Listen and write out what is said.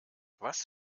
was